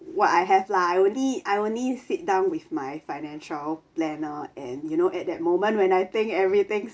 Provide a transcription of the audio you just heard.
what I have lah I only I only sit down with my financial planner and you know at that moment when I think everything's